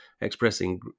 expressing